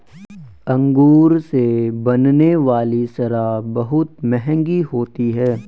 अंगूर से बनने वाली शराब बहुत मँहगी होती है